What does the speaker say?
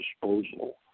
Disposal